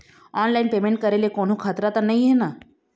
Online payment करे ले कोन्हो खतरा त नई हे न?